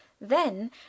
Then